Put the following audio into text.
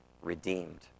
redeemed